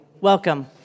Welcome